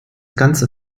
ganze